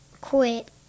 quit